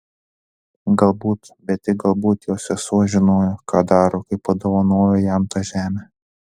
galbūt bet tik galbūt jo sesuo žinojo ką daro kai padovanojo jam tą žemę